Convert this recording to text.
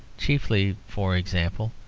chiefly, for example,